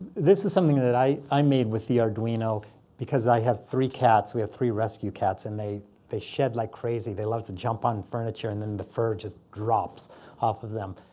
this is something that that i i made with the arduino because i have three cats. we have three rescue cats. and they they shed like crazy. they love to jump on furniture, and then the fur just drops off of them.